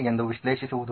ಎಂದ ವಿಶ್ಲೇಷಿಸುವುದು